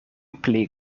pli